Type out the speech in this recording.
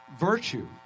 Virtue